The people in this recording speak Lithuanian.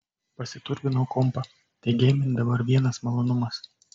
pasiturbinau kompą tai geimint dabar vienas malonumas